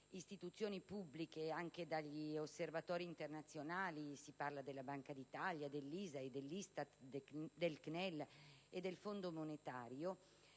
istituzioni pubbliche e dagli Osservatori internazionali, quali la Banca d'Italia, l'ISAE, l'ISTAT, il CNEL e il Fondo monetario